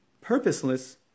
Purposeless